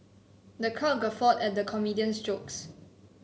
the crowd guffawed at the comedian's jokes